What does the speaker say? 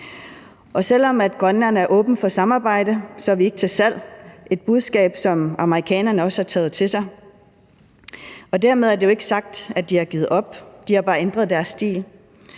Selv om Grønland er åbent for samarbejde, er vi ikke til salg – et budskab, som amerikanerne også har taget til sig. Dermed er det jo ikke sagt, at de har givet op, de har bare ændret deres stil,